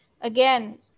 Again